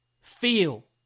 feel